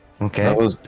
Okay